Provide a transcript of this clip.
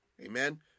Amen